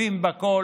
שותפים בכול.